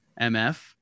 MF